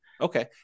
Okay